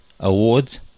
Awards